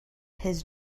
his